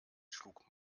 schlug